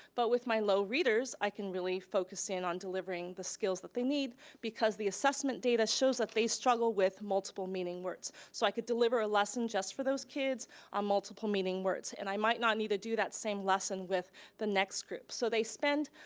but with my low readers i can really focus in on delivering the skills that they need because the assessment data shows that they struggle with multiple meaning words. so i could deliver a lesson just for those kids on multiple meaning words, and i might not need to do that same lesson with the next group. so they spend,